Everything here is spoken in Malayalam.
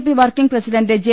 P working president J